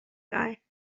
guy